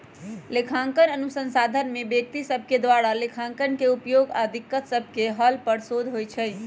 लेखांकन अनुसंधान में व्यक्ति सभके द्वारा लेखांकन के उपयोग आऽ दिक्कत सभके हल पर शोध होइ छै